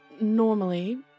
normally